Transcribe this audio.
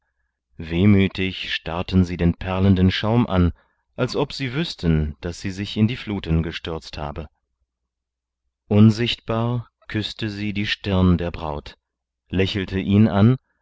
wehmütig starrten sie den perlenden schaum an als ob sie wüßten daß sie sich in die fluten gestürzt habe unsichtbar küßte sie die stirn der braut lächelte ihn an